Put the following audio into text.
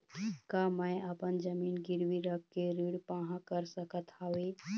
का मैं अपन जमीन गिरवी रख के ऋण पाहां कर सकत हावे?